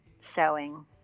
showing